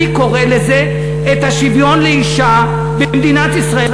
אני קורא לזה השוויון לאישה במדינת ישראל.